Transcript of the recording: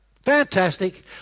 Fantastic